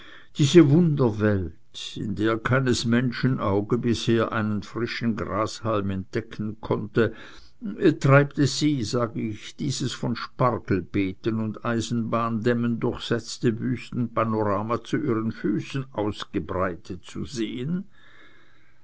diese wunderwelt in der keines menschen auge bisher einen frischen grashalm entdecken konnte treibt es sie sag ich dieses von spargelbeeten und eisenbahndämmen durchsetzte wüstenpanorama zu ihren füßen ausgebreitet zu sehen